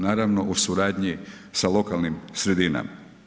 Naravno u suradnji sa lokalnim sredinama.